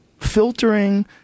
filtering